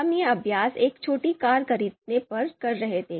हम यह अभ्यास एक छोटी कार खरीदने पर कर रहे थे